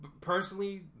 personally